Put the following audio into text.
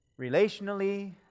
relationally